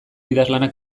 idazlanak